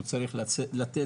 הוא צריך לתת